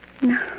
No